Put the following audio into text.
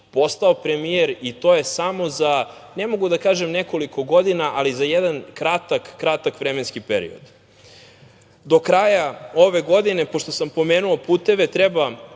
postao premijer i to je samo za, ne mogu da kažem nekoliko godina, ali za jedan kratak, kratak vremenski period. Do kraja ove godine, pošto sam pomenuo puteve, treba